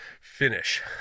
finish